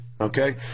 Okay